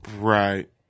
Right